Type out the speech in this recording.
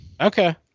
Okay